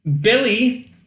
Billy